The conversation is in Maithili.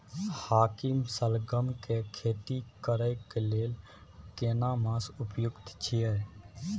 हाकीम सलगम के खेती करय के लेल केना मास उपयुक्त छियै?